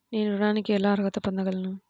నేను ఋణానికి ఎలా అర్హత పొందగలను?